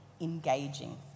Engaging